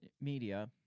media